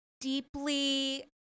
deeply